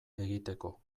egiteko